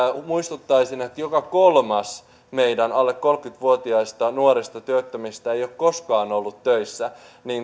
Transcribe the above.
muistuttaisin että joka kolmas meidän alle kolmekymmentä vuotiaista nuorista työttömistä ei ole koskaan ollut töissä